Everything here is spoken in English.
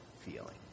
feeling